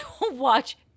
watch